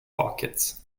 pockets